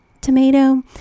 tomato